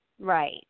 Right